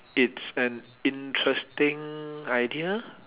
it's an interesting idea